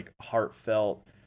heartfelt